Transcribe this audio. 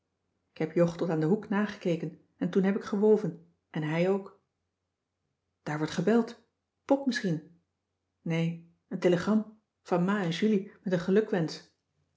k heb jog tot aan den hoek nagekeken en toen heb ik gewoven en hij ook daar wordt gebeld pop misschien nee een telegram van ma en julie met een